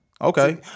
Okay